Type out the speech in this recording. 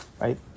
Right